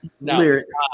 Lyrics